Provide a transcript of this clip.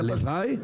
הלוואי.